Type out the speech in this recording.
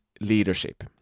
leadership